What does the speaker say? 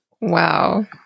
Wow